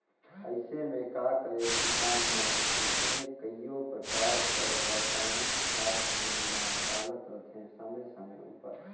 अइसे में का करें किसान मन अइसने कइयो परकार कर रसइनिक खाद मन ल डालत रहथें समे समे उपर